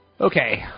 Okay